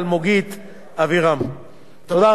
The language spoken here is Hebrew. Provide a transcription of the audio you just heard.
תודה רבה, ואני מבקש, אתה מרשה לי לברך עוד מישהו?